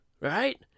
right